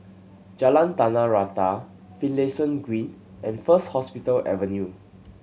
Jalan Tanah Rata Finlayson Green and First Hospital Avenue